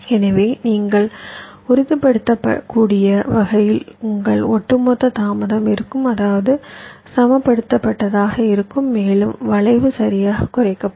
எனவே நீங்கள் உறுதிப்படுத்தக்கூடிய வகையில் உங்கள் ஒட்டுமொத்த தாமதம் இருக்கும் அதாவது சமப்படுத்தப்பட்டதாக இருக்கும் மேலும் வளைவு சரியாகக் குறைக்கப்படும்